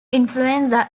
influenza